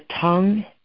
tongue